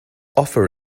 offer